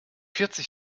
vierzig